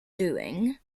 doing